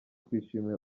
twishimiye